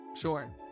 Sure